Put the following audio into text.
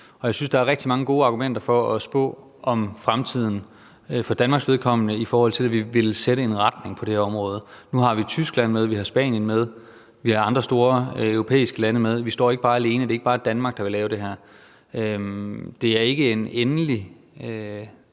Og jeg synes, der er rigtig mange gode argumenter for at spå om fremtiden for Danmarks vedkommende, i forhold til at det vil sætte en retning på det her område. Nu har vi Tyskland med, vi har Spanien med, vi har andre store europæiske lande med; vi står ikke alene, det er ikke bare Danmark, der vil lave det her. Det er ikke en endelig